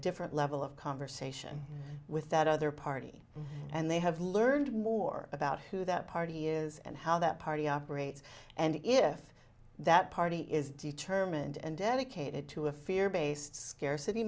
different level of conversation with that other party and they have learned more about who that party is and how that party operates and if that party is determined and dedicated to a fear based scarcity